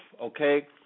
okay